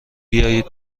بیایید